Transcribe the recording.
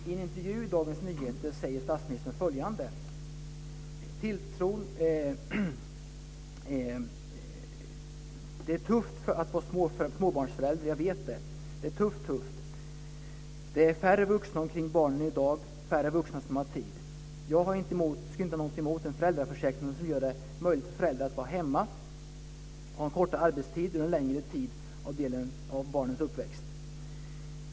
I en intervju i Dagens Nyheter säger statsministern följande: Det är tufft att vara småbarnsförälder. Jag vet det. Det är färre vuxna omkring barnen i dag, färre vuxna som har tid. Jag skulle inte ha någonting emot en föräldraförsäkring som gör det möjligt för föräldrar att vara hemma och ha en kortare arbetstid under en större del av barnens uppväxt.